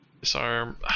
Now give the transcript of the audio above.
disarm